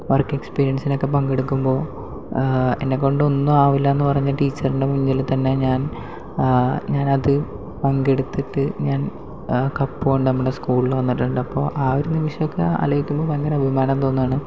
work എക്സ്പീരിയൻസിനൊക്കെ പങ്കെടുക്കുമ്പോൾ എന്നെക്കൊണ്ട് ഒന്നും ആവില്ലെന്നു പറഞ്ഞ ടീച്ചറിന്റെ മുന്നില് തന്നെ ഞാൻ ഞാനത് പങ്കെടുത്തിട്ട് ഞാൻ കപ്പ് കൊണ്ട് നമ്മുടെ സ്കൂളില് വന്നിട്ടുണ്ട് അപ്പോൾ ആ ഒരു നിമിഷമൊക്കെ ആലോചിക്കുമ്പോൾ ഭയങ്കര അഭിമാനം തോന്നുകയാണ്